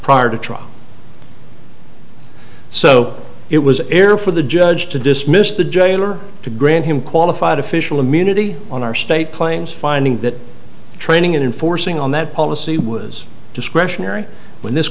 prior to trial so it was air for the judge to dismiss the jailer to grant him qualified official immunity on our state claims finding that training and enforcing on that policy was discretionary when this